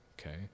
okay